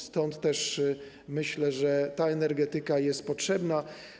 Stąd też myślę, że ta energetyka jest potrzebna.